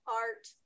art